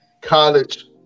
college